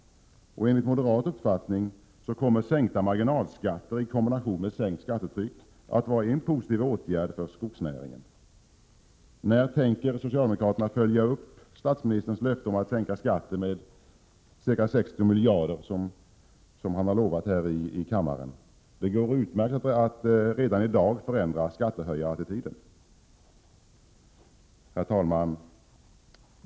Enligt moderat uppfattning kommer sänkta marginalskatter i kombination med sänkt skattetryck att vara en positiv åtgärd för skogsnäringen. När tänker socialdemokraterna följa upp statsministerns löfte om att sänka skatten med ca 60 miljarder? Det går utmärkt att redan i dag förändra skattehöjarattityden. Herr talman!